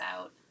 out